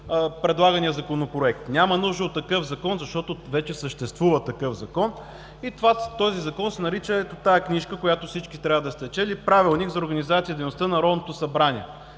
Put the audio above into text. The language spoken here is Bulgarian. предлагания Законопроект. Няма нужда от такъв Закон, защото вече съществува такъв Закон, и този Закон се нарича, ето тази книжка, която всички трябва да сте я чели – Правилник за организацията и дейността на Народното събрание,